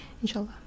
Inshallah